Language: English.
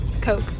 Coke